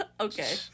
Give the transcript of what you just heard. Okay